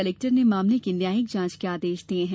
collector ने मामले की न्यायिक जांच के आदेश दिया है